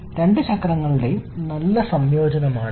രണ്ട് ചക്രങ്ങളുടെയും നല്ല സംയോജനമാണിത്